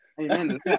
Amen